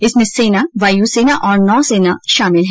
इसमें सेना वायु सेना और नौसेना शामिल है